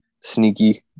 sneaky